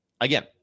again